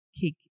cake